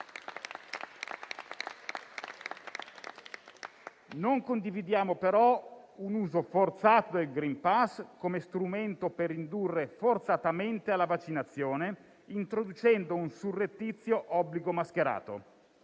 Non condividiamo, però, un uso forzato del *green pass* come strumento per indurre forzatamente alla vaccinazione, introducendo un surrettizio obbligo mascherato.